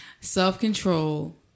Self-control